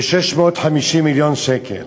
ב-650 מיליון שקל.